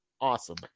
Awesome